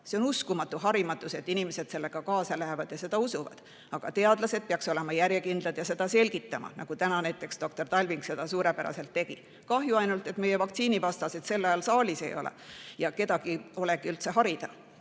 See on uskumatu harimatus, et inimesed sellega kaasa lähevad ja seda usuvad. Aga teadlased peaksid olema järjekindlad ja kõike selgitama, nagu täna doktor Talving suurepäraselt tegi. Kahju ainult, et meie vaktsiinivastaseid sel ajal saalis ei olnud, kedagi polnudki harida.